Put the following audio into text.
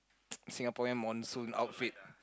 Singaporean monsoon outfit